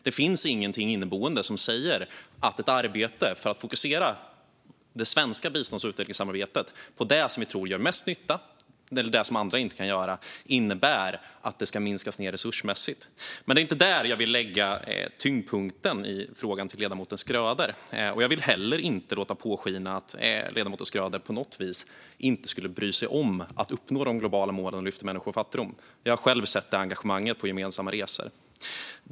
Det finns ingenting inneboende som säger att ett arbete för att fokusera det svenska bistånds och utvecklingssamarbetet på det som vi tror gör mest nytta eller det som andra inte kan göra innebär att det ska minskas resursmässigt. Men det är inte där jag vill lägga tyngdpunkten i frågan till ledamoten Schröder. Jag vill heller inte låta påskina att ledamoten Schröder på något vis inte skulle bry sig om att uppnå de globala målen att lyfta människor ur fattigdom. Jag har själv sett det engagemanget på gemensamma resor.